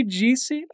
disse